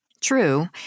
True